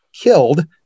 killed